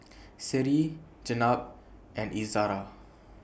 Seri Jenab and Izzara